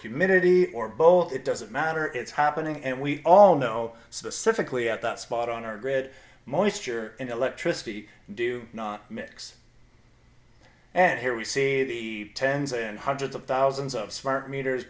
humidity or both it doesn't matter it's happening and we all know specifically at that spot on our grid moisture and electricity do not mix and here we see the tens and hundreds of thousands of smart meters